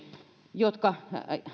jotka